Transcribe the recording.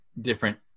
different